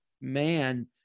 man